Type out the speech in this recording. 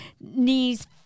knees